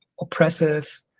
oppressive